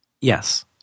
Yes